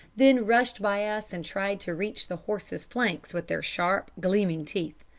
then rushed by us and tried to reach the horses' flanks with their sharp, gleaming teeth.